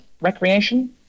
recreation